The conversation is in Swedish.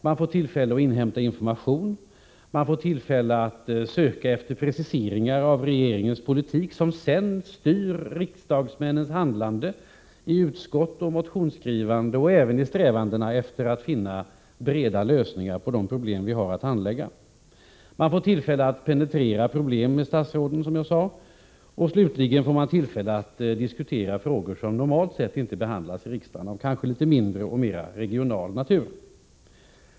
Man får tillfälle att inhämta information, tillfälle att söka efter preciseringar av regeringens politik, som sedan styr riksdagsmännens handlande i utskott och i motionsskrivande och även i strävandena efter att finna breda lösningar på de problem vi har att handlägga. Man får tillfälle att penetrera problem med statsråden, och slutligen får man tillfälle att diskutera frågor som normalt sett inte behandlas av riksdagen, frågor av mera regional natur.